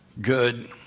Good